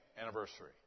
anniversary